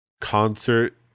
concert